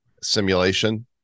simulation